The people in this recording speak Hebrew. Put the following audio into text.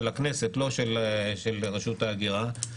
של הכנסת ולא של רשות האוכלוסין וההגירה,